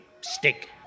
stick